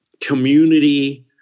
community